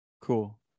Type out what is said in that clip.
cool